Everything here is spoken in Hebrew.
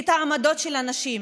את העמדות של הנשים?